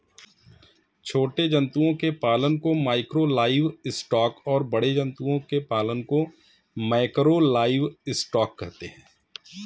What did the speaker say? छोटे जंतुओं के पालन को माइक्रो लाइवस्टॉक और बड़े जंतुओं के पालन को मैकरो लाइवस्टॉक कहते है